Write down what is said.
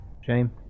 Shame